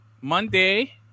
monday